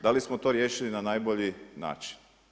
Da li smo to riješili na najbolji način?